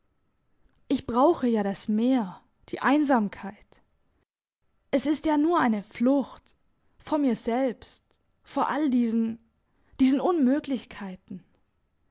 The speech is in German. ich brauche ja das meer die einsamkeit es ist ja nur eine flucht vor mir selbst vor all diesen diesen unmöglichkeiten